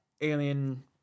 alien